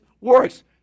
works